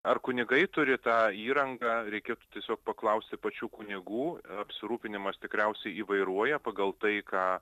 ar kunigai turi tą įrangą reikėtų tiesiog paklausti pačių kunigų apsirūpinimas tikriausiai įvairuoja pagal tai ką